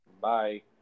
Bye